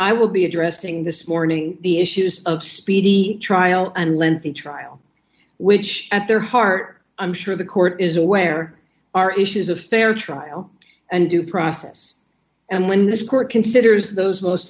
i will be addressing this morning the issues of speedy trial and lengthy trial which at their heart i'm sure the court is aware are issues a fair trial and due process and when this court considers those most